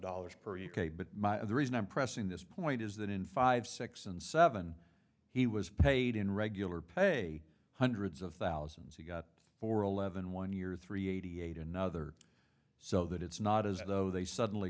dollars per u k but the reason i'm pressing this point is that in five six and seven he was paid in regular pay hundreds of thousands he got for eleven one year three eighty eight another so that it's not as though they suddenly